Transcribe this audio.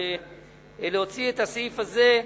להוציא את הסעיף הזה,